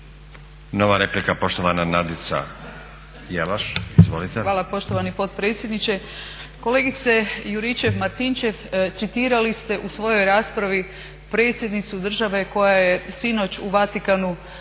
Nova replika, poštovana Nadica Jelaš izvolite. **Jelaš, Nadica (SDP)** Hvala poštovani potpredsjedniče. Kolegice Juričev-Martinčev, citirali ste u svojoj raspravi predsjednicu države koja je sinoć u Vatikanu